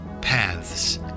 paths